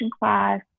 class